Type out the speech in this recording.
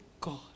God